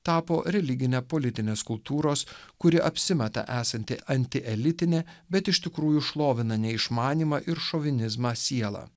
tapo religine politinės kultūros kuri apsimeta esanti antielitinė bet iš tikrųjų šlovina neišmanymą ir šovinizmą siela